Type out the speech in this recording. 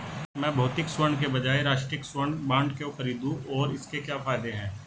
मैं भौतिक स्वर्ण के बजाय राष्ट्रिक स्वर्ण बॉन्ड क्यों खरीदूं और इसके क्या फायदे हैं?